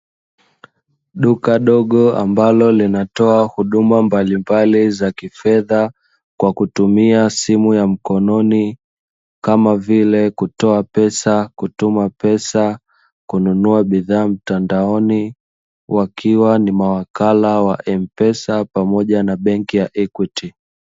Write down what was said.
Duka dogo ambalo linatoa huduma mbalimbali za kifedha kwa kutumia simu ya mkononi kama vile kutoa pesa kutuma pesa kununua bidhaa mtandaoni wakiwa ni mawakala wa m pesa pamoja na benki ya "equity".